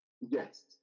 yes